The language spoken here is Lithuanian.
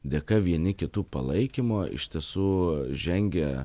dėka vieni kitų palaikymo iš tiesų žengia